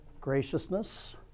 graciousness